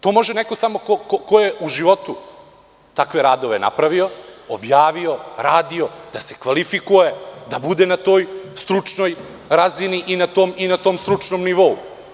To može samo neko ko je u životu takve radove napravio, objavio, radio da se kvalifikuje, da bude na toj stručnoj razini i na tom stručnom nivou.